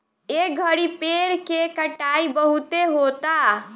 ए घड़ी पेड़ के कटाई बहुते होता